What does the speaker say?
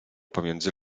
pomiędzy